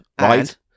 right